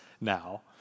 now